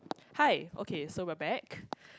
hi okay so we're back